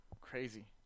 Crazy